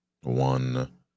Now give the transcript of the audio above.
one